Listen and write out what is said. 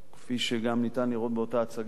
כפי שגם ניתן לראות באותה הצגה,